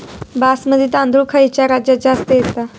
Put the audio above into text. बासमती तांदूळ खयच्या राज्यात जास्त येता?